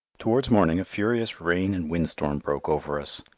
towards morning a furious rain and wind storm broke over us.